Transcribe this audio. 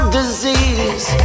disease